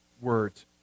words